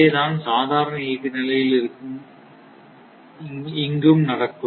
அதேதான் சாதாரண இயக்க நிலையில் இங்கும் நடக்கும்